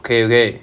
okay okay